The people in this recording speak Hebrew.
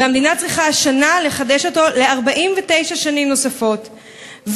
והמדינה צריכה השנה לחדש אותו ל-49 שנים נוספות.